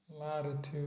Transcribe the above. latitude